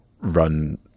run